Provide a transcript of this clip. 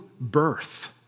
birth